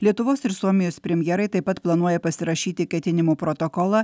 lietuvos ir suomijos premjerai taip pat planuoja pasirašyti ketinimų protokolą